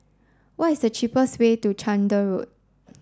what is the cheapest way to Chander Road